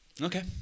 Okay